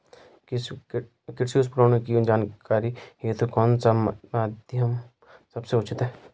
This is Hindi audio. कृषि उपकरण की जानकारी हेतु कौन सा माध्यम सबसे उचित है?